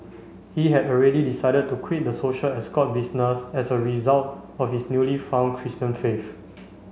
he had already decided to quit the social escort business as a result of his newly found Christian faith